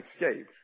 escape